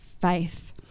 faith